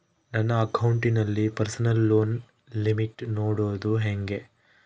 ನನ್ನ ಅಕೌಂಟಿನಲ್ಲಿ personal loan limit ನೋಡದು ಹೆಂಗೆ?